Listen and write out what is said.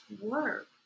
work